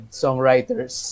songwriters